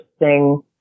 interesting